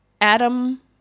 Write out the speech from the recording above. Adam